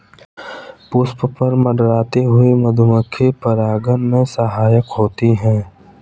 पुष्प पर मंडराती हुई मधुमक्खी परागन में सहायक होती है